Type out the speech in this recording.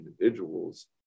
individuals